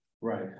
right